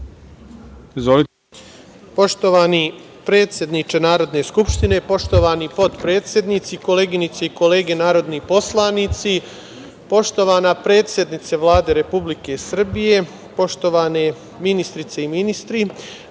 Poštovani predsedniče Narodne skupštine, poštovani potpredsednici, koleginice i kolege narodni poslanici, poštovana predsednice Vlade Republike Srbije, poštovane ministrice i ministri,